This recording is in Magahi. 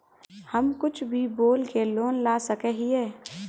हम कुछ भी बोल के लोन ला सके हिये?